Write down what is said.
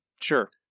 sure